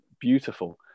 beautiful